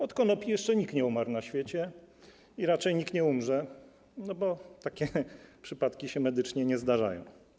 Od konopi jeszcze nikt nie umarł na świecie i raczej nikt nie umrze, bo takie przypadki się medycznie nie zdarzają.